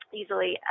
easily